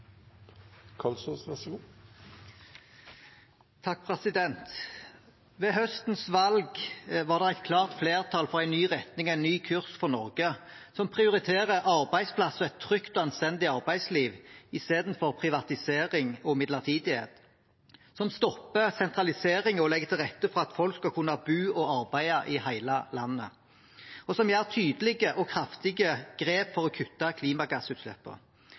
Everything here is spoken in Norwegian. Ved høstens valg var det et klart flertall for en ny retning og en ny kurs for Norge, som prioriterer arbeidsplasser og et trygt og anstendig arbeidsliv istedenfor privatisering og midlertidighet, som stopper sentralisering og legger til rette for at folk skal kunne bo og arbeide i hele landet, og med tydelige og kraftige grep for å